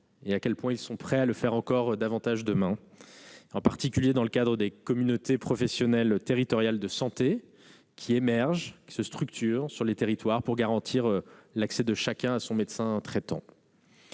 et à quel point ils sont prêts à le faire encore davantage demain, en particulier dans le cadre des communautés professionnelles territoriales de santé qui émergent et se structurent dans les territoires afin de garantir l'accès de chacun à un médecin traitant.